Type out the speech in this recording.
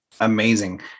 amazing